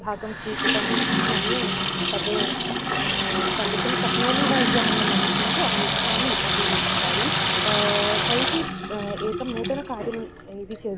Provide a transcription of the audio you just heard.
भागं स्वीकर्तुम् इच्छामि तत् चलितुं शक्नोमि वा इति अहं न मन्ये किन्तु अहम् इच्छामि इति एकं कार्यं तैः एकं नूतनकार्यम् इति चेद्